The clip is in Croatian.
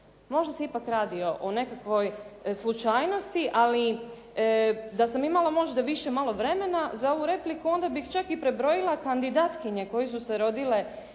Možda se ipak radi o nekakvoj slučajnosti, ali da sam imala možda više malo vremena za ovu repliku, onda bih čak i prebrojila kandidatkinje koje su se rodile